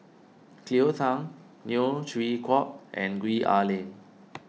Cleo Thang Neo Chwee Kok and Gwee Ah Leng